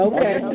Okay